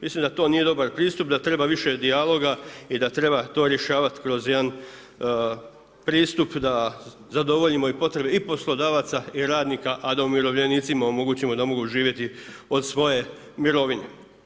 Mislim da to nije dobar pristup, da treba više dijaloga i da treba to rješavati kroz jedan pristup da zadovoljimo i potrebe i poslodavaca i radnika a da umirovljenicima omogućimo i da mogu živjeti od svoje mirovine.